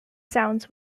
sounds